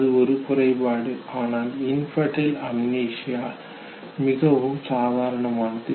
அது ஒரு குறைபாடு ஆனால் இன்ஃபன்டயில் அம்னீசியா குழந்தை மறதி நோய் மிகவும் சாதாரணமானது